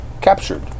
captured